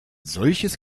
solches